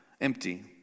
empty